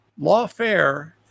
lawfare